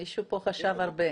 מישהו פה חשב הרבה.